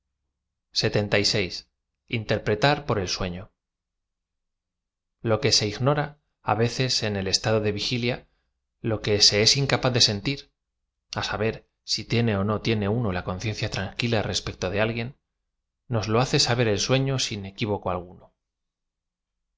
r l sutfio l o que se ignora á veces en el estado de v ig ilia lo que se es incapaz de sentir á saber si tiene ó no tie neu no la conciencia tranquila respecto de alguien nos lo hace saber el sueflo sin equivoco alguno